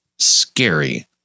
scary